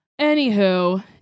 Anywho